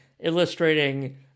illustrating